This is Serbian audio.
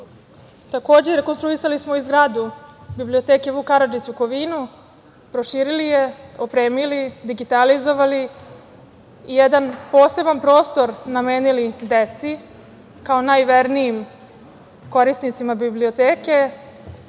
rekonstruisali smo i zgradu biblioteke „Vuk Karadžić“ u Kovinu, proširili je, opremili, digitalizovali i jedan poseban prostor namenili deci, kao najvernijim korisnicima biblioteke.